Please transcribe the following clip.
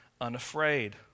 unafraid